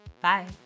Bye